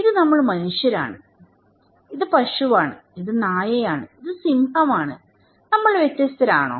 ഇത് നമ്മൾ മനുഷ്യരാണ് ഇത് പശുവാണ് ഇത് നായയാണ് ഇത് സിംഹമാണ് നമ്മൾ വ്യത്യസ്തരാണോ